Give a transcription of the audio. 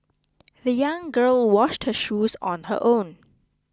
the young girl washed her shoes on her own